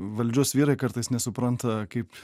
valdžios vyrai kartais nesupranta kaip